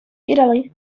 italy